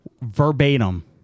verbatim